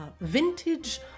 vintage